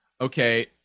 okay